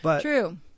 True